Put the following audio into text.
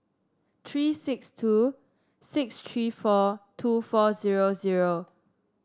tree six two six tree four two four zero zero